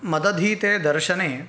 मदधीते दर्शने